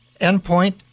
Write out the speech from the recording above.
endpoint